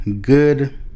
good